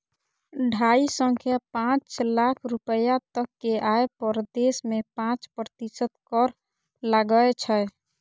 ढाइ सं पांच लाख रुपैया तक के आय पर देश मे पांच प्रतिशत कर लागै छै